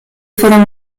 fueron